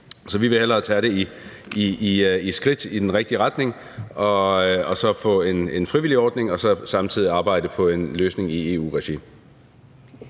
Vi vil hellere tage det som skridt i den rigtige retning og så få en frivillig ordning og samtidig arbejde på en løsning i EU-regi.